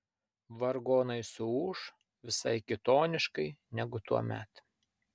vargonai suūš visai kitoniškai negu tuomet